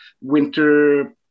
winter